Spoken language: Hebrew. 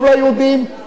טוב לערבים,